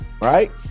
right